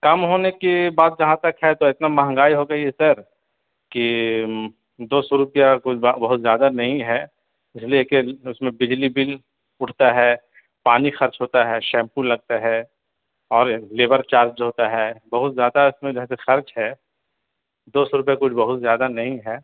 کم ہونے کی بات جہاں تک ہے تو اتنا مہنگائی ہو گئی ہے سر کہ دو سو روپیہ کچھ بہت زیادہ نہیں ہے اس لیے کہ اس میں بجلی بل اٹھتا ہے پانی خرچ ہوتا ہے شیمپو لگتا ہے اور لیبر چارج ہوتا ہے بہت زیادہ اس میں جو ہے تو خرچ ہے دو سو روپیہ کچھ بہت زیادہ نہیں ہے